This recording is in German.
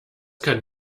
kann